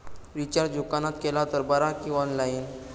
Recharge दुकानात केला तर बरा की ऑनलाइन?